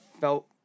felt